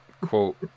quote